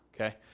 okay